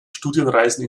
studienreisen